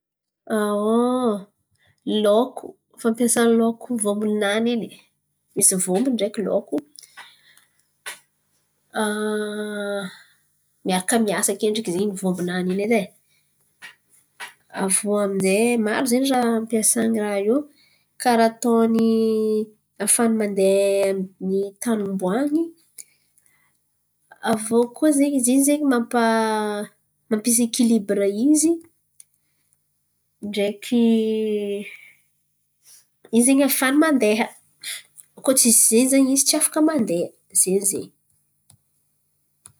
Aon, loko fampiasany loko vombo-nany, misy vombo ndraiky loko. Miaraka miasa akendriky ze vombo-nany in̈y edy e aviô aminjay maro zen̈y raha ampiasany raha io karà ataony ahafahany mandeha amin’ny tany ombany. Aviô koa zen̈y ze mampa mampisy ekilibra izy ndraiky in̈y ze ahafahany mandeha koa tsisy in̈y ze tsy afaka mandeha zen̈y ze.